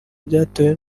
byatewe